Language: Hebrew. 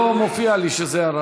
לא מופיע לי שזה ירד.